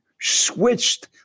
switched